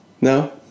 No